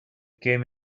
came